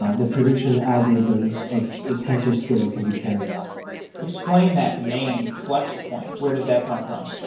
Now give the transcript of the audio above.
the prediction algorithms of tensor scale can be carried out explain that name, flex point. where does that come from?